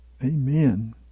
Amen